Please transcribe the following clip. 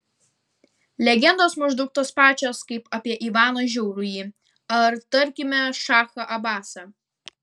legendos maždaug tos pačios kaip apie ivaną žiaurųjį ar tarkime šachą abasą